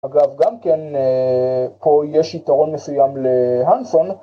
אגב גם כן פה יש יתרון מסוים להנסון.